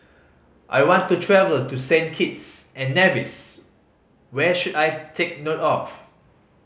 I want to travel to Saint Kitts and Nevis where should I take note of